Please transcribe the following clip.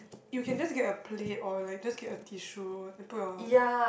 you can just get a plate or like just get a tissue and put your